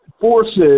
forces